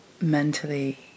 mentally